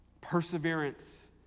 perseverance